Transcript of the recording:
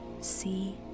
See